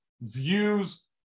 views